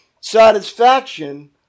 satisfaction